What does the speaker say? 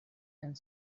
and